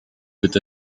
with